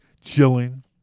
chilling